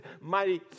mighty